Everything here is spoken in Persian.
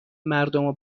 مردمو